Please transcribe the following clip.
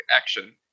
action